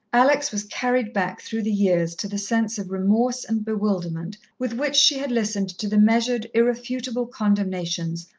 alex was carried back through the years to the sense of remorse and bewilderment with which she had listened to the measured, irrefutable condemnations,